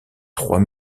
trois